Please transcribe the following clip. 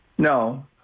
No